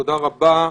תודה רבה.